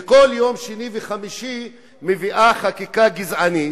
וכל יום שני וחמישי מביאה חקיקה גזענית,